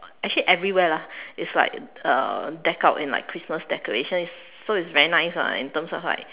actually everywhere lah it's like uh decked out in like Christmas decoration it's so it's very nice lah in terms of like